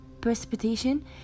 precipitation